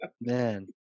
Man